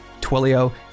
Twilio